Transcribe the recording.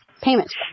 payments